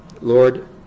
Lord